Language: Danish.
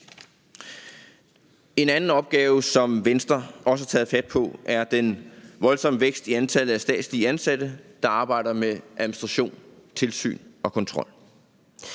En anden opgave, som Venstre også har taget fat på, er den voldsomme vækst i antallet af statslige ansatte, der arbejder med administration, tilsyn og kontrol.